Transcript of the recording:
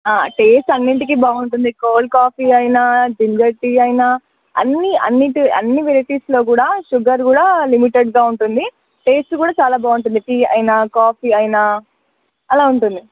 taste అన్నింటికి బాగుంటుంది cold coffee అయినా జింజర్ టీ అయిన అన్నీ అన్నింటి అన్ని వెరైటీస్లో కూడా షుగర్ కూడా లిమిటెడ్గా ఉంటుంది టేస్ట్ కూడా చాలా బాగుంటుంది టీ అయినా కాఫీ అయిన అలా ఉంటుంది